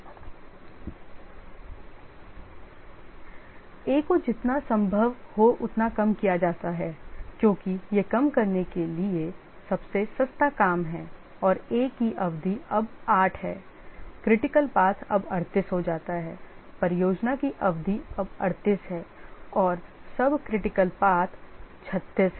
A को जितना संभव हो उतना कम किया जाता है क्योंकि यह कम करने के लिए सबसे सस्ता काम है और a की अवधि अब 8 है critical path अब 38 हो जाता है परियोजना की अवधि अब 38 है और sub critical path 36 है